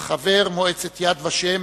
חבר מועצת "יד ושם",